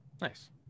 Nice